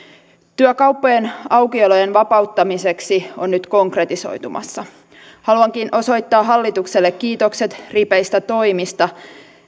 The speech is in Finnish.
työ kauppojen aukiolojen vapauttamiseksi on nyt konkretisoitumassa haluankin osoittaa hallitukselle kiitokset ripeistä toimista